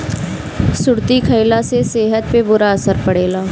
सुरती खईला से सेहत पे बुरा असर पड़ेला